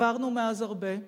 עברנו מאז הרבה.